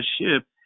ship